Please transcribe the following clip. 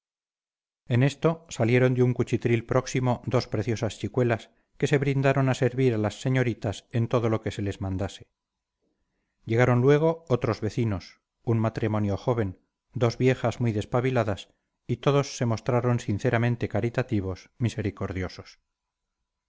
en esto salieron de un cuchitril próximo dos preciosas chicuelas que se brindaron a servir a las señoritas en todo lo que se les mandase llegaron luego otros vecinos un matrimonio joven dos viejas muy despabiladas y todos se mostraron sinceramente caritativos misericordiosos